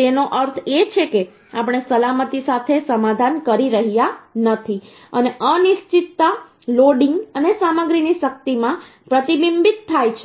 તેનો અર્થ એ છે કે આપણે સલામતી સાથે સમાધાન કરી રહ્યા નથી અને અનિશ્ચિતતા લોડિંગ અને સામગ્રીની શક્તિમાં પ્રતિબિંબિત થાય છે